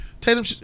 Tatum